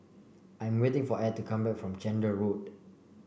I'm waiting for Ed to come back from Chander Road